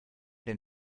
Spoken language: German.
den